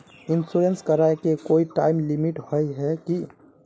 Insurance कराए के कोई टाइम लिमिट होय है की?